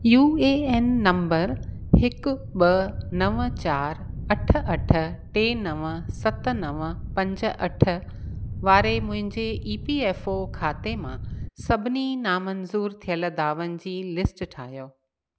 U A N number हिकु ॿ नव चार अठ अठ टे नव सत नव पंज अठ वारे मुंहिंजे ई पी एफ़ ओ खाते मां सभिनी नामंज़ूररु थियलु दावनि जी लिस्ट ठाहियो